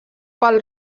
pel